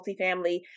multifamily